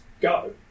go